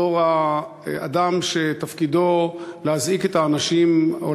בתור האדם שתפקידו להזעיק את האנשים או